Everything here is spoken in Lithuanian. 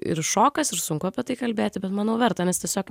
ir šokas ir sunku apie tai kalbėti bet manau verta nes tiesiog